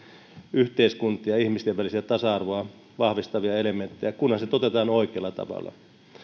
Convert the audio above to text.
yhteiskuntien ja ihmisten välistä tasa arvoa vahvistavia elementtejä kunhan se toteutetaan oikealla tavalla